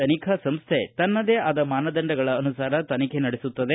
ತನಿಖಾ ಸಂಸ್ಟೆ ತನ್ನದೇ ಆದ ಮಾನದಂಡಗಳ ಅನುಸಾರ ತನಿಖೆ ನಡೆಸುತ್ತದೆ